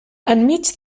enmig